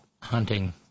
hunting